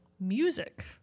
music